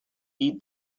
eat